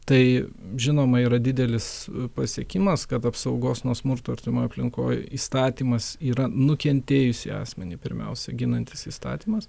tai žinoma yra didelis pasiekimas kad apsaugos nuo smurto artimoj aplinkoj įstatymas yra nukentėjusį asmenį pirmiausia ginantis įstatymas